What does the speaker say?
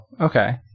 okay